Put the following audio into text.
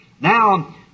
Now